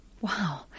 Wow